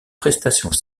prestations